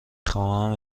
خواهم